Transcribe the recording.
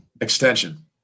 extension